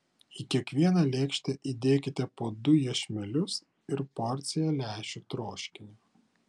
į kiekvieną lėkštę įdėkite po du iešmelius ir porciją lęšių troškinio